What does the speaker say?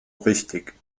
richtig